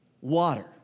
water